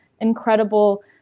incredible